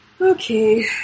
Okay